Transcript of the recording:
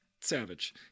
Savage